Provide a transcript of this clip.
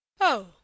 Oh